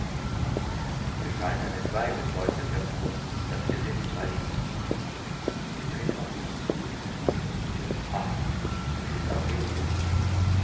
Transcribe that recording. die gestalt eines weibes leuchtet hervor das gesindel weicht sie tritt auf mich zu ach es ist aurelie